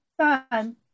son